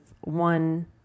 one